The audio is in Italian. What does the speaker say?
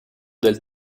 del